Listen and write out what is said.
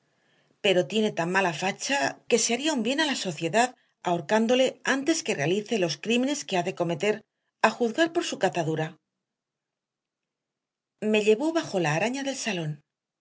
pero tiene tan mala facha que se haría un bien a la sociedad ahorcándole antes que realice los crímenes que ha de cometer a juzgar por su catadura me llevó bajo la araña del salón